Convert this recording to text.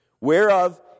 whereof